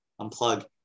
unplug